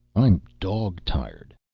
i'm dog-tired.